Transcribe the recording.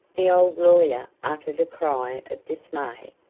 the old lawyer uttered a cry of dismay,